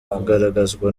kugaragazwa